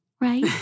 right